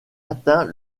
atteint